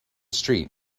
street